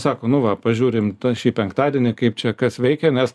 sako nu va pažiūrim šį penktadienį kaip čia kas veikia nes